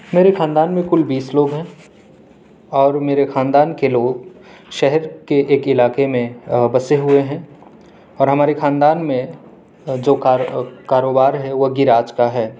میرے خاندان میں کل بیس لوگ ہیں اور میرے خاندان کے لوگ شہر کے ایک علاقے میں بسے ہوئے ہیں اور ہمارے خاندان میں جو کار کاروبار ہے وہ گیراج کا ہے